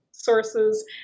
Sources